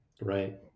right